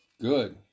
good